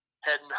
heading